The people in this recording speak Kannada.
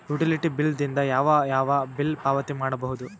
ಯುಟಿಲಿಟಿ ಬಿಲ್ ದಿಂದ ಯಾವ ಯಾವ ಬಿಲ್ ಪಾವತಿ ಮಾಡಬಹುದು?